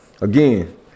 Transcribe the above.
Again